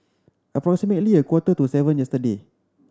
approximately a quarter to seven yesterday